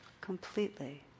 completely